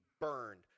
burned